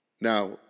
Now